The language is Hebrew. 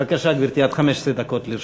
בבקשה, גברתי, עד 15 דקות לרשותך.